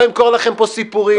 לא אמכור לכם סיפורים,